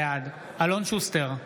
בעד אלון שוסטר,